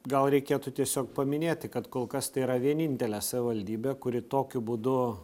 gal reikėtų tiesiog paminėti kad kol kas tai yra vienintelė savivaldybė kuri tokiu būdu